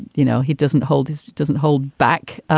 you know he doesn't hold doesn't hold back.